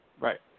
right